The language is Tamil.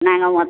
நாங்கள் மொத்